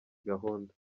gahunda